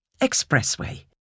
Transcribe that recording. Expressway